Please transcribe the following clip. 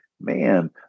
Man